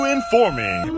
Informing